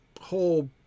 whole